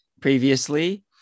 previously